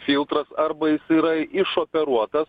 filtras arba jis yra išoperuotas